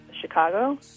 Chicago